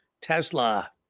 Tesla